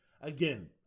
Again